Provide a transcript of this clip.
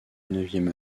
neuvième